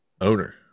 owner